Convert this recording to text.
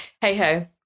hey-ho